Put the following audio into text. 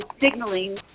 signaling